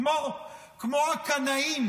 כמו הקנאים